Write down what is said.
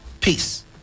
Peace